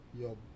Yo